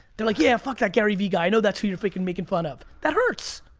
they're like, yeah, fuck that gary v guy. i know that's who you're freaking making fun of. that hurts.